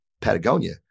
Patagonia